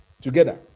together